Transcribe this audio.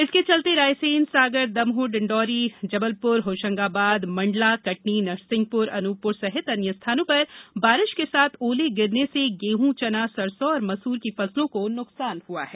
इसके चलते रायसेन सागर दमोह डिंडोरी जबलप्र होशंगाबाद मंडला कटनी नरसिंहपुर अनूपपुर सहित अन्य स्थानों पर बारिश के साथ ओले गिरने से गेंहू चना सरसौ और मसूर की फसलों को नुकसान हुआ है